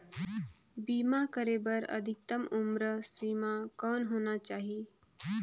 बीमा करे बर अधिकतम उम्र सीमा कौन होना चाही?